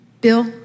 Bill